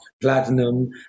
Platinum